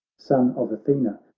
son of athena,